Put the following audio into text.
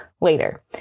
later